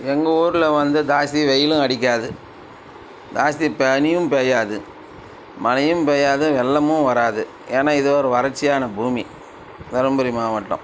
எங்கள் ஊரில் வந்து ஜாஸ்தி வெயிலும் அடிக்காது ஜாஸ்தி பனியும் பேயாது மழையும் பேயாது வெள்ளமும் வராது ஏன்னால் இது ஒரு வறட்சியான பூமி தர்மபுரி மாவட்டம்